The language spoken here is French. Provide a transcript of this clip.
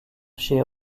chez